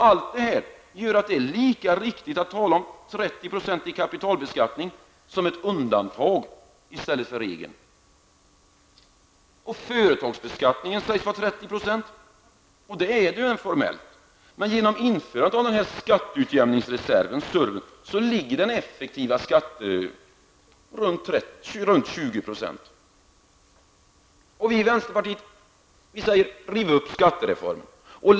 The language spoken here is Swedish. Allt detta gör att det är lika riktigt att tala om 30 % i kapitalbeskattning som ett undantag i stället för en regel. Företagsbeskattningen sägs vara 30 %, och det är den formellt. Men genom införandet av en särskild skatteutjämningsreserv ligger den effektiva skatten på ca 20 %. Riv upp skattereformen, säger vi i vänsterpartiet.